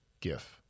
Gif